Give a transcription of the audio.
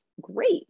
great